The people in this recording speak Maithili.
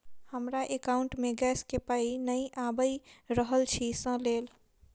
हमरा एकाउंट मे गैस केँ पाई नै आबि रहल छी सँ लेल?